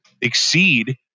exceed